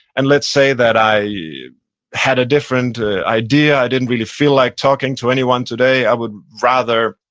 and let's say that i had a different idea i didn't really feel like talking to anyone today i would rather,